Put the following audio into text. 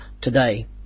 today